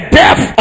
death